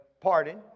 pardon